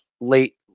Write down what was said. late